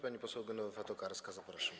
Pani poseł Genowefa Tokarska, zapraszam.